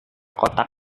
kotak